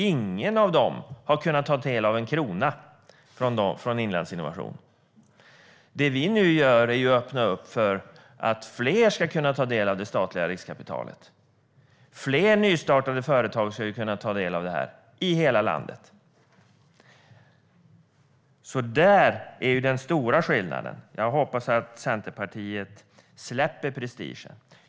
Ingen av dem har kunnat ta del av en krona från Inlandsinnovation. Det vi nu gör är att vi öppnar upp för att fler ska kunna ta del av det statliga riskkapitalet. Fler nystartade företag i hela landet ska kunna ta del av det. Där är den stora skillnaden. Jag hoppas att Centerpartiet släpper på prestigen.